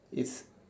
it's